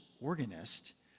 organist